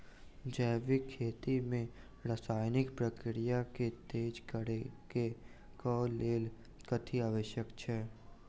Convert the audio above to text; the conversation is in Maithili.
जैविक खेती मे रासायनिक प्रक्रिया केँ तेज करै केँ कऽ लेल कथी आवश्यक छै?